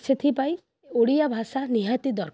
ସେଥିପାଇଁ ଓଡ଼ିଆ ଭାଷା ନିହାତି ଦରକାର